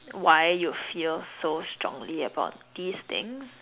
why you feel so strongly about these things